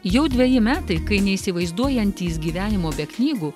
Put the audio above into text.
jau dveji metai kai neįsivaizduojantys gyvenimo be knygų